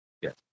Yes